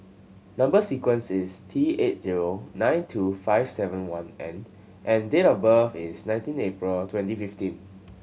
number sequence is T eight zero nine two five seven one N and date of birth is nineteen April twenty fifteen